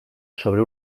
sobre